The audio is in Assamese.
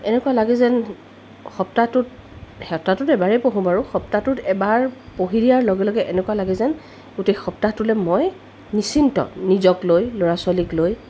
এনেকুৱা লাগে যেন সপ্তাহটোত সপ্তাহটোত এবাৰে পঢ়োঁ বাৰু সপ্তাহটোত এবাৰ পঢ়ি দিয়াৰ লগে লগে এনেকুৱা লাগে যেন গোটেই সপ্তাহটোলৈ মই নিশ্চিত নিজক লৈ ল'ৰা ছোৱালীক লৈ